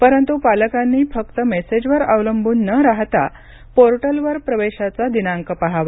परंतु पालकांनी फक्त मेसेजवर अवलंबून न राहता पोर्टलवर प्रवेशाचा दिनांक पाहावा